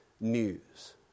news